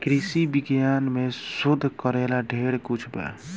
कृषि विज्ञान में शोध करेला ढेर कुछ बा